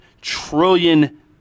trillion